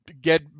get